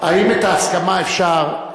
האם את ההסכמה אפשר,